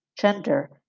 gender